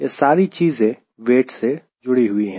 यह सारी चीजें वेट से जुड़ी हुई है